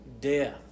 death